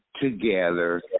together